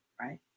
right